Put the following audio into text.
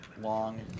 long